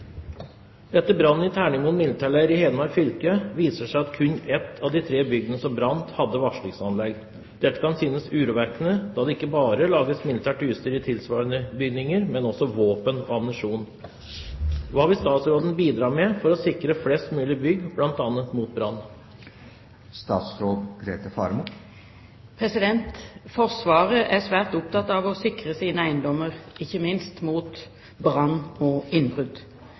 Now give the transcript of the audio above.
i Terningmoen militærleir i Hedmark fylke viser det seg at kun ett av de tre byggene som brant, hadde varslingsanlegg. Dette kan synes urovekkende da det ikke bare lagres vanlig militært utstyr i tilsvarende bygninger, men også våpen og ammunisjon. Hva vil statsråden bidra med for å sikre flest mulig bygg bl.a. mot brann?» Forsvaret er svært opptatt av å sikre sine eiendommer, ikke minst mot brann og innbrudd.